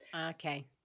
okay